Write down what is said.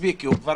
ועוד